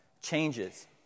changes